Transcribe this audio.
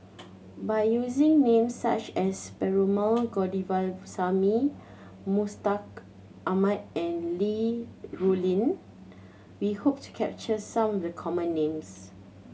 by using names such as Perumal Govindaswamy Mustaq Ahmad and Li Rulin we hope to capture some of the common names